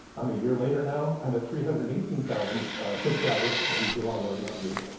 i'm a year later now, i'm at three hundred and eighteen thousand subscribers. i used the wrong word not views.